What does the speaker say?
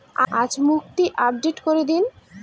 আজ মুক্তি আপডেট করে দিন